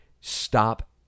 Stop